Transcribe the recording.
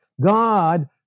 God